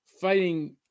fighting